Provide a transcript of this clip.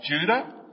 Judah